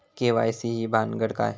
KYC ही भानगड काय?